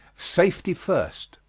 safety first.